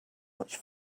much